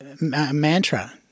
Mantra